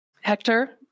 Hector